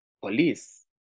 police